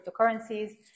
cryptocurrencies